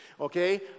okay